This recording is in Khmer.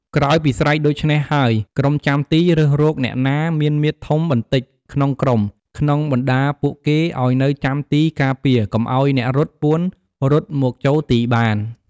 ក្រោយពីស្រែកដូច្នេះរួច ក្រុមចាំទីរើសរកអ្នកណាមានមាឌមាំបន្តិចក្នុងក្រុម ក្នុងបណ្តាពួកគេឱ្យនៅចាំទីការពារ កុំឱ្យអ្នករត់ពួនរត់មកចូលទីបាន។